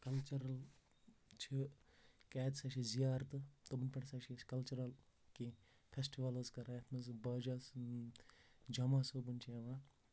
cultural چھِ کیازِ سۄ چھِ زَیارتہٕ تِمن پٮ۪ٹھ ہسا چھِ أسۍ کَلچرل کیٚنٛہہ فیسٹِولٕز کران یَتھ منٛز باجس جمات صٲبُن چھُ یِوان